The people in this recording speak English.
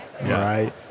right